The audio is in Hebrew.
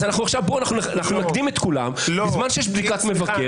אז אנחנו נקדים את כולם בזמן שיש בדיקת מבקר.